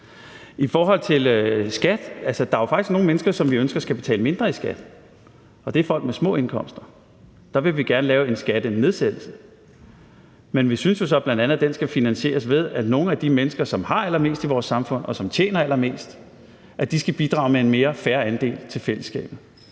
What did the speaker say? I forhold til skat er der jo faktisk nogle mennesker, som vi ønsker skal betale mindre i skat, og det er folk med små indkomster. Der vil vi gerne lave en skattenedsættelse. Men vi synes jo så bl.a., at den skal finansieres, ved at nogle af de mennesker, som har allermest i vores samfund, og som tjener allermest, skal bidrage med en mere fair andel til fællesskabet.